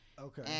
Okay